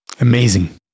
amazing